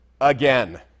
again